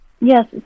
Yes